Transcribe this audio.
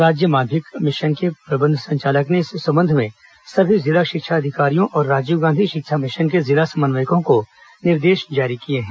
राज्य माध्यमिक मिशन के प्रबंध संचालक ने इस संबंध में सभी जिला शिक्षा अधिकारियों और राजीव गांधी शिक्षा मिशन के जिला समन्वयकों को निर्देश जारी किए हैं